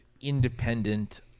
independent